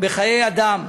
בחיי אדם.